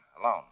alone